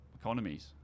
economies